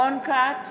רון כץ,